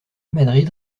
madrid